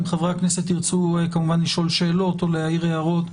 אם חברי הכנסת ירצו לשאול שאלות או להעיר הערות,